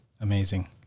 amazing